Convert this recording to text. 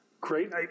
Great